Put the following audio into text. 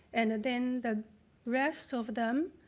and then the rest of them,